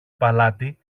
παλάτι